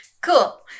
cool